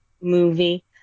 movie